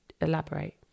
elaborate